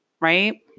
Right